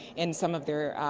and some of their,